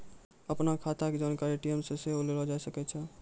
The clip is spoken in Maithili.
अपनो खाता के जानकारी ए.टी.एम से सेहो लेलो जाय सकै छै